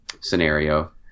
scenario